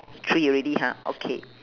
so three already ha okay